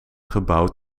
gebouwd